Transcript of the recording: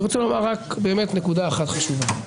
אני רוצה לומר רק באמת נקודה אחת חשובה.